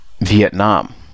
Vietnam